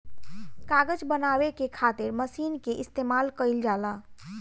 कागज बनावे के खातिर मशीन के इस्तमाल कईल जाला